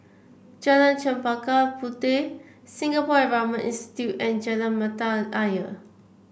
Jalan Chempaka Puteh Singapore Environment Institute and Jalan Mata Ayer